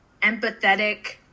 empathetic